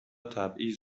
تبعیض